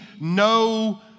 No